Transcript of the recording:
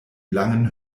langen